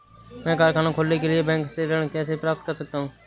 मैं कारखाना खोलने के लिए बैंक से ऋण कैसे प्राप्त कर सकता हूँ?